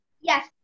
Yes